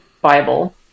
Bible